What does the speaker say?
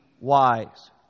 wise